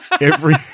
Every-